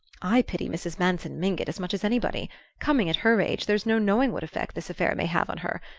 i pity mrs. manson mingott as much as anybody coming at her age, there's no knowing what effect this affair may have on her.